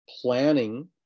planning